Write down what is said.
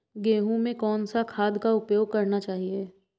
गेहूँ में कौन सा खाद का उपयोग करना चाहिए?